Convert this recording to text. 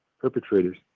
perpetrators